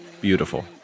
Beautiful